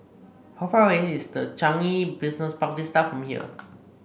how far away is the Changi Business Park Vista from here